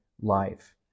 life